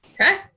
Okay